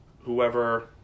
Whoever